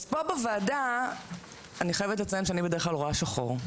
פה בוועדה אני חייבת לציין שאני בדרך כלל רואה שחור,